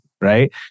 Right